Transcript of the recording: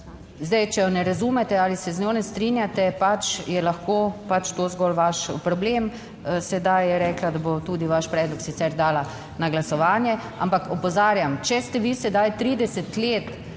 Zdaj, če je ne razumete ali se z njo ne strinjate pač je lahko pač to zgolj vaš problem. Sedaj je rekla, da bo tudi vaš predlog sicer dala na glasovanje, ampak opozarjam, če ste vi sedaj 30 let